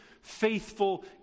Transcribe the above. faithful